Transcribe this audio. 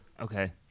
Okay